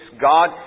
God